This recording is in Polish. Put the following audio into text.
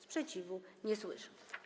Sprzeciwu nie słyszę.